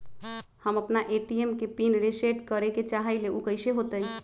हम अपना ए.टी.एम के पिन रिसेट करे के चाहईले उ कईसे होतई?